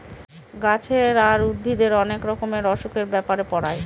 গাছের আর উদ্ভিদের অনেক রকমের অসুখের ব্যাপারে পড়ায়